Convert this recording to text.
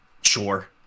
sure